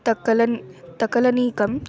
तकलन् तकलनीकम्